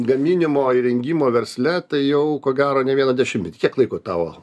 gaminimo įrengimo versle tai jau ko gero ne vieną dešimtmetį kiek laiko tavo